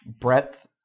breadth